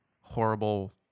horrible